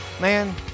Man